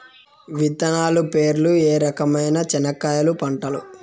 విత్తనాలు పేర్లు ఏ రకమైన చెనక్కాయలు పంటలు?